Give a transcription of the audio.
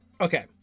okay